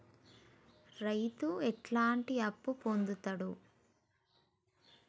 రైతు ఎట్లాంటి అప్పు పొందుతడు?